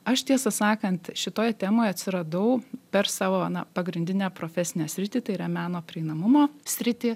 aš tiesą sakant šitoje temoje atsiradau per savo na pagrindinę profesinę sritį tai yra meno prieinamumo sritį